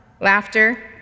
laughter